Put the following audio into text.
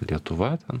lietuva ten